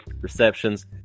receptions